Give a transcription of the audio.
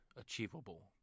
achievable